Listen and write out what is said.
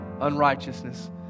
unrighteousness